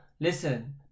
Listen